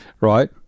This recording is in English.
right